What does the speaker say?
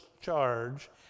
charge